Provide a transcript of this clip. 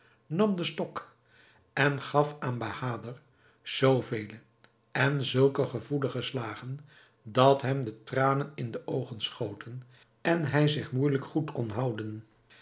nam den stok en gaf aan bahader zoo vele en zulke gevoelige slagen dat hem de tranen in de oogen schoten en hij zich moeijelijk goed kon houden